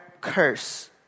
curse